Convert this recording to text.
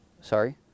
Sorry